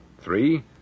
Three